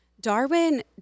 Darwin